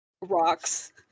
Rocks